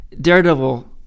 Daredevil